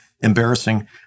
embarrassing